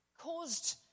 caused